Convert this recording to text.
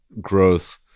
growth